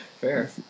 fair